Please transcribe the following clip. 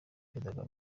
perezida